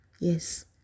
Yes